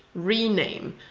rename,